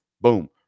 boom